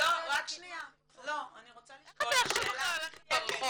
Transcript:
אני רוצה לשאול שאלה מדויקת,